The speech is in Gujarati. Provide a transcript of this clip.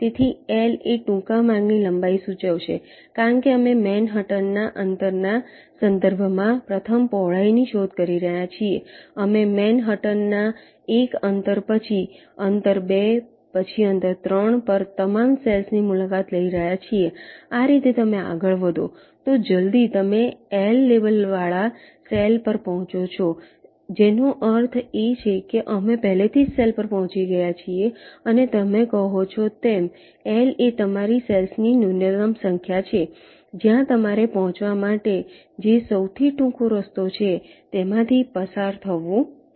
તેથી L એ ટૂંકા માર્ગની લંબાઈ સૂચવશે કારણ કે અમે મેનહટનના અંતરના સંદર્ભમાં પ્રથમ પહોળાઈની શોધ કરી રહ્યા છીએ અમે મેનહટનના 1 અંતર પછી અંતર 2 પછી અંતર 3 પર તમામ સેલ્સ ની મુલાકાત લઈ રહ્યા છીએ આ રીતે તમે આગળ વધો તો જલદી તમે L લેબલવાળા સેલ પર પહોંચો છો જેનો અર્થ છે કે અમે પહેલાથી જ સેલ પર પહોંચી ગયા છીએ અને તમે કહો છો તેમ L એ તમારી સેલ્સ ની ન્યૂનતમ સંખ્યા છે જ્યાં તમારે પહોંચવા માટે જે સૌથી ટૂંકો રસ્તો છે તેમાંથી પસાર થવું પડશે